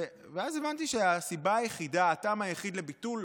ואז הבנתי שהסיבה היחידה, הטעם היחיד לביטול